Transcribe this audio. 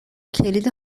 کلید